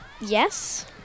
Yes